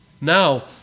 Now